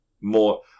More